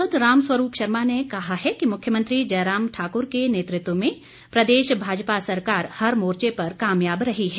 सांसद राम स्वरूप शर्मा ने कहा है कि मुख्यमंत्री जयराम ठाक्र के नेतृत्व में प्रदेश भाजपा सरकार हर मोर्चे पर कामयाब रही है